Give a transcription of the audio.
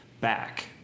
back